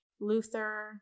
Luther